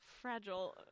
fragile